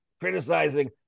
criticizing